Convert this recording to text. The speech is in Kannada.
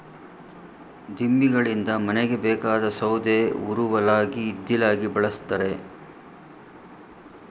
ದಿಮ್ಮಿಗಳಿಂದ ಮನೆಗೆ ಬೇಕಾದ ಸೌದೆ ಉರುವಲಾಗಿ ಇದ್ದಿಲಾಗಿ ಬಳ್ಸತ್ತರೆ